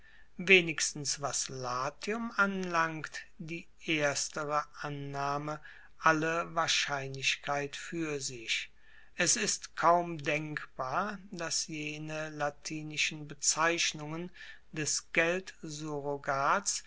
wenigstens was latium anlangt die erstere annahme alle wahrscheinlichkeit fuer sich es ist kaum denkbar dass jene latinischen bezeichnungen des